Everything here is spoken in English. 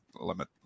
limit